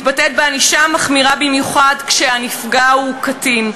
המתבטאת בענישה מחמירה במיוחד כשהנפגע הוא קטין,